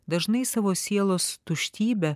dažnai savo sielos tuštybę